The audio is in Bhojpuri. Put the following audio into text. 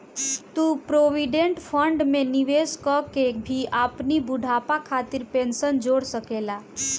तू प्रोविडेंट फंड में निवेश कअ के भी अपनी बुढ़ापा खातिर पेंशन जोड़ सकेला